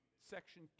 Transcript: section